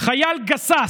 חייל גסס,